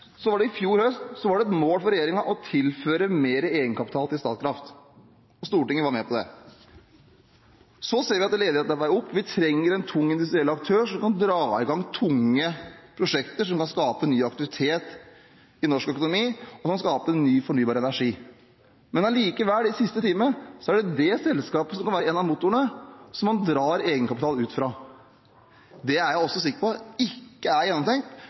Så ser vi at ledigheten er på vei opp, vi trenger en tung industriell aktør som kan dra i gang tunge prosjekter som kan skape ny aktivitet i norsk økonomi, og som kan skape ny fornybar energi. Men allikevel er det i siste time det selskapet som skal være en av motorene, som man drar egenkapital ut fra. Dette er jeg også sikker på ikke er gjennomtenkt,